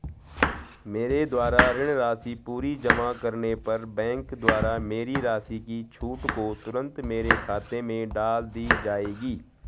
मेरे द्वारा ऋण राशि पूरी जमा करने पर बैंक द्वारा मेरी राशि की छूट को तुरन्त मेरे खाते में डाल दी जायेगी?